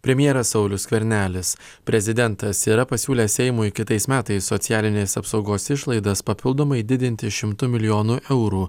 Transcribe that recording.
premjeras saulius skvernelis prezidentas yra pasiūlęs seimui kitais metais socialinės apsaugos išlaidas papildomai didinti šimtu milijonu eurų